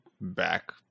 back